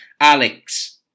Alex